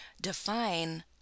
define